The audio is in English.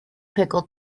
pickle